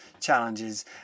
challenges